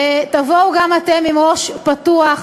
תבואו גם אתם עם ראש פתוח.